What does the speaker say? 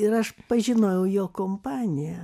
ir aš pažinojau jo kompaniją